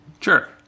Sure